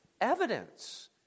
evidence